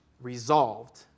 resolved